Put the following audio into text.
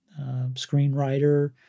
screenwriter